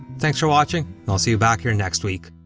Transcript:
thanks for watching, and i'll see you back here next week.